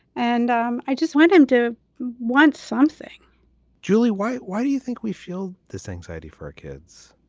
and um i just want him to want something julie white, why do you think we feel this anxiety for our kids?